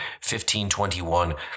1521